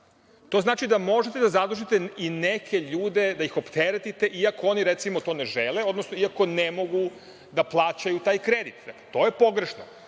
to znači da možete da zadužite i neke ljude, da ih opteretite, iako oni, recimo, to ne žele, odnosno iako ne mogu da plaćaju taj kredit. To je pogrešno. Podsetiću